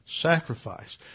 sacrifice